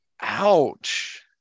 Ouch